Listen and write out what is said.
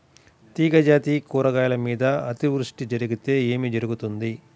తీగజాతి కూరగాయల మీద అతివృష్టి జరిగితే ఏమి జరుగుతుంది?